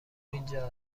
اینجا